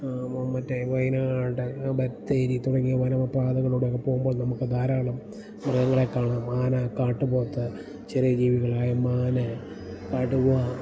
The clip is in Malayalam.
മറ്റേ വയനാട് ബത്തേരി തുടങ്ങിയ വനപാതകളിൽ കൂടെ ഒക്കെ പോകുമ്പോൾ നമുക്ക് ധാരാളം മൃഗങ്ങളെ കാണാം ആന കാട്ടുപോത്ത് ചെറിയ ജീവികളായ മാന് കടുവ